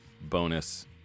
bonus